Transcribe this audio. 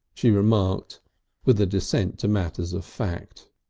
she remarked with a descent to matters of fact.